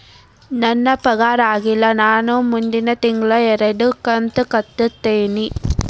ನನ್ನ ಪಗಾರ ಆಗಿಲ್ಲ ನಾ ಮುಂದಿನ ತಿಂಗಳ ಎರಡು ಕಂತ್ ಕಟ್ಟತೇನಿ